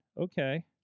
okay